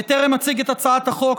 בטרם אציג את הצעת החוק,